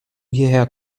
hierher